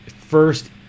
first